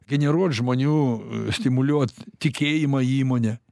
generuot žmonių stimuliuot tikėjimą įmone